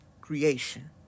creation